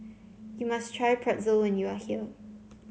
you must try Pretzel when you are here